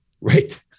Right